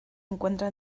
encuentra